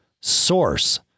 source